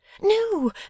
No